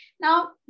Now